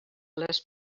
les